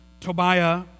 Tobiah